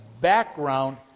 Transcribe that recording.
background